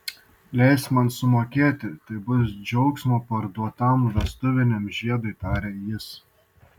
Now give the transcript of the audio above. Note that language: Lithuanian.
leisk man sumokėti tai bus džiaugsmo parduotam vestuviniam žiedui tarė jis